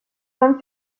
van